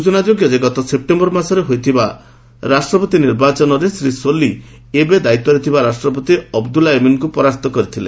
ସୂଚନାଯୋଗ୍ୟ ଯେ ଗତ ସେପ୍ଟେମ୍ବର ମାସରେ ହୋଇଥିବା ରାଷ୍ଟ୍ରପତି ନିର୍ବାଚନରେ ଶ୍ରୀ ସୋଲି ଏବେ ଦାୟିତ୍ୱରେ ଥିବା ରାଷ୍ଟ୍ରପତି ଅବଦୁଲ୍ଲା ୟମିନ୍ଙ୍କୁ ପରାସ୍ତ କରିଥିଲେ